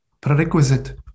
prerequisite